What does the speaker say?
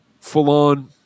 full-on